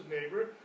neighbor